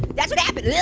that's what happened,